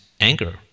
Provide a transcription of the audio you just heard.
anger